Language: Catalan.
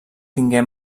tingué